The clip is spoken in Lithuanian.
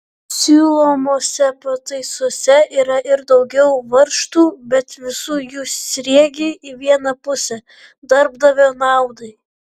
siūlomose pataisose yra ir daugiau varžtų bet visų jų sriegiai į vieną pusę darbdavio naudai